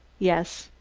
yes.